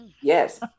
yes